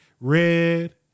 Red